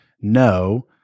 no